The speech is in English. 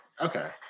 Okay